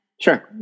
Sure